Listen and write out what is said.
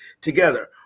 together